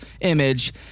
image